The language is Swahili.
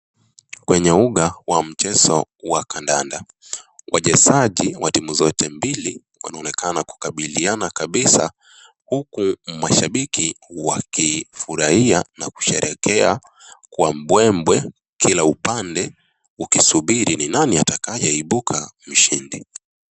Kwenye uga wa mchezo wa kandanda, wachezaji wa timu zote mbili wanaonekana kukabiliana kabisa, huku mashabiki wakifurahia na kusherekea kwa mbwembwe kila upande, ukisubiri ni nani atakaye ibuka mshindi.